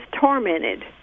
tormented